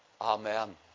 Amen